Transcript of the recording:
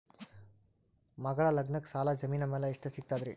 ಮಗಳ ಲಗ್ನಕ್ಕ ಸಾಲ ಜಮೀನ ಮ್ಯಾಲ ಎಷ್ಟ ಸಿಗ್ತದ್ರಿ?